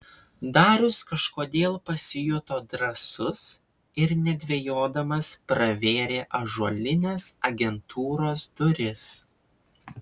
darius kažkodėl pasijuto drąsus ir nedvejodamas pravėrė ąžuolines agentūros duris